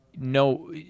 No